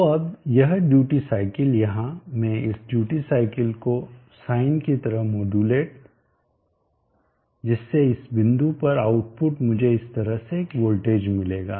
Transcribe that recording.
तो अब यह ड्यूटी साइकिल यहां मैं इस ड्यूटी साइकिल को साइन की तरह मोडुलेट जिससे इस बिंदु पर आउटपुट मुझे इस तरह से एक वोल्टेज मिलेगा